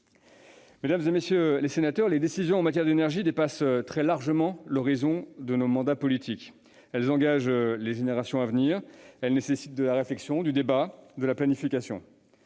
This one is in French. Mesdames, messieurs les sénateurs, les décisions en matière d'énergie dépassent très largement l'horizon de nos mandats politiques. Elles engagent les générations à venir et nécessitent de la réflexion, du débat et de la planification.